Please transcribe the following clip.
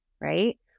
right